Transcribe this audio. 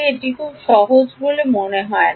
এটি খুব সহজ বলে মনে হয় না